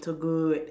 so good